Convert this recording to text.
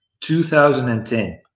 2010